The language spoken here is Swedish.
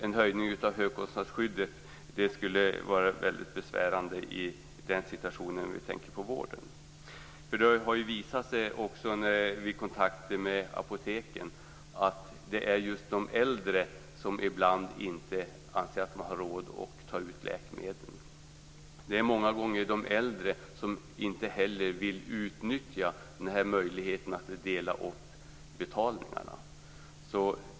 En höjning av högkostnadsskyddet skulle vara väldigt besvärande i den här situationen om vi tänker på vården. Det har ju visat sig vid kontakter med apoteken att det just är de äldre som ibland inte anser att de har råd att ta ut läkemedel. Det är också många gånger de äldre som inte vill utnyttja möjligheten att dela upp betalningarna.